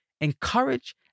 Encourage